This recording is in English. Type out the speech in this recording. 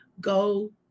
Go